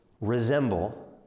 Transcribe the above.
resemble